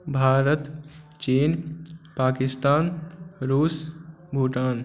भारत चीन पाकिस्तान रूस भूटान